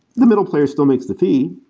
the middle player still makes the fee.